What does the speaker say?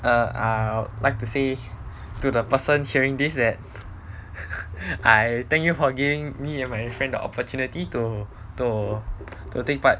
err I would like to say to the person hearing this that I I thank you for giving me and my friend the opportunity to to to take part